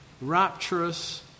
rapturous